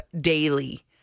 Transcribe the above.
Daily